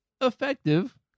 effective